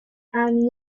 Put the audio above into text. are